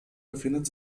befindet